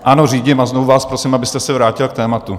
Ano, řídím a znovu vás prosím, abyste se vrátil k tématu.